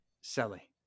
Sally